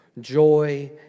joy